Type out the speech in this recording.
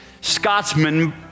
Scotsman